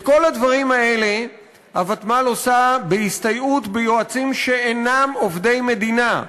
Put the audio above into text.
את כל הדברים האלה הוותמ"ל עושה בהסתייעות ביועצים שאינם עובדי מדינה,